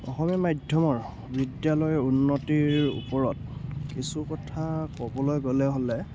অসমীয়া মাধ্যমৰ বিদ্যালয়ৰ উন্নতিৰ ওপৰত কিছু কথা ক'বলৈ গ'লে হ'লে